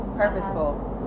purposeful